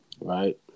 Right